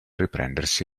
riprendersi